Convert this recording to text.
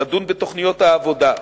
לדון בתוכניות העבודה,